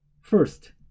First